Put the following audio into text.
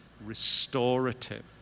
restorative